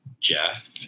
Jeff